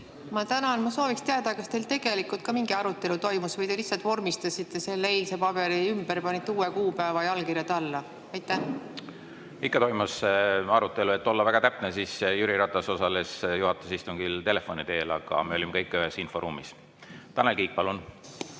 Tänan! Ma sooviksin teada, kas teil tegelikult ka mingi arutelu toimus või te lihtsalt vormistasite selle eilse paberi ümber, panite uue kuupäeva ja allkirjad alla. Ikka toimus arutelu. Et olla väga täpne, siis [ütlen, et] Jüri Ratas osales juhatuse istungil telefoni teel, aga me olime kõik ühes inforuumis. Tanel Kiik, palun!